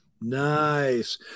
Nice